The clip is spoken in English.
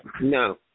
No